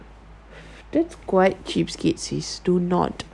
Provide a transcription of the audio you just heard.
that's quite cheapskate you still not